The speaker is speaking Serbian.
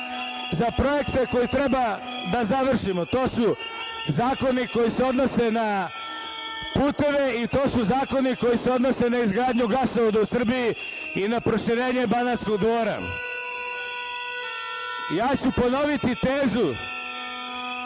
za projekte koji treba da završimo. To su zakoni koji se odnose na puteve, i to su zakoni koji se odnose na izgradnju gasovoda u Srbiji i na proširenje Banatski Dvora. Ja ću ponoviti tezu